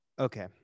Okay